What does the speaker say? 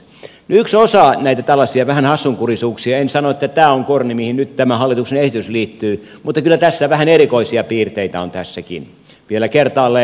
yksi osa näitä tällaisia vähän hassunkurisuuksia en sano että tämä on korni mihin nyt tämä hallituksen esitys liittyy mutta kyllä vähän erikoisia piirteitä on tässäkin vielä kertaalleen